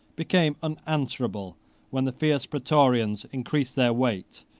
became unanswerable when the fierce praetorians increased their weight,